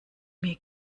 mir